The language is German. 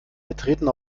betreten